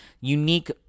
unique